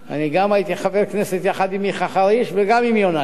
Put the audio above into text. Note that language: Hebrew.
אני הייתי חבר כנסת גם עם מיכה חריש וגם עם יונה יהב.